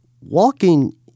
walking